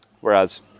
whereas